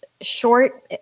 short